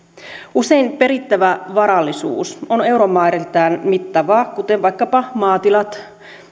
usein perittävä varallisuus on euromääriltään mittavaa kuten vaikkapa maatilat